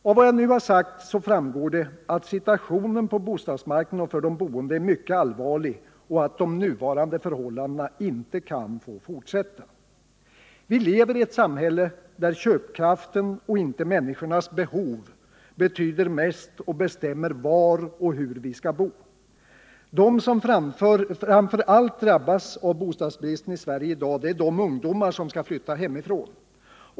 Av vad jag nu sagt framgår, att situationen på bostadsmarknaden och för de boende är 920 mycket allvarlig och att de nuvarande förhållandena inte kan få fortsätta. Vi lever i ett samhälle, där köpkraften och inte människornas behov betyder mest och bestämmer var och hur vi skall bo. De som framför allt drabbas av bostadsbristen i Sverige i dag är de ungdomar som skall flytta hemifrån.